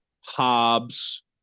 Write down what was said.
Hobbes